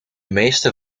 meeste